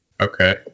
Okay